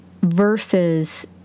versus